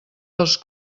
dels